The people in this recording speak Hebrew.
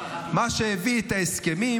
מה שהביא את ההסכמים